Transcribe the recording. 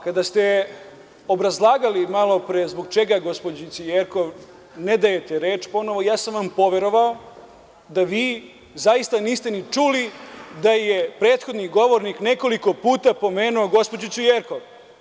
Kada ste obrazlagali malopre zbog čega gospođici Jerkov ne dajete reč ponovo, ja sam vam poverovao da vi zaista niste ni čuli da je prethodni govornik nekoliko puta pomenuo gospođicu Jerkov.